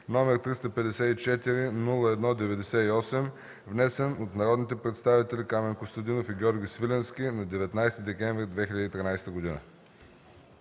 № 354-01-98, внесен от народните представители Камен Костадинов и Георги Свиленски на 19 декември 2013 г.”